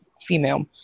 female